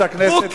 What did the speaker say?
חברת הכנסת,